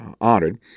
honored